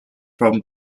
from